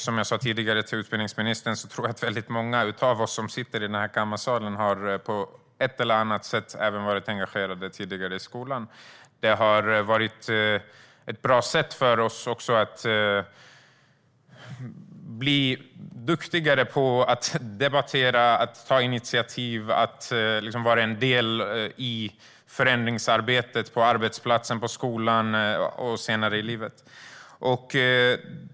Som jag sa tidigare till utbildningsministern tror jag att många av oss som sitter i kammaren på ett eller annat sätt även varit engagerade i skolan. Det var ett bra sätt för oss att bli duktigare på att debattera, att ta initiativ och att vara en del i förändringsarbetet på arbetsplatsen, i skolan och senare i livet.